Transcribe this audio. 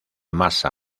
masa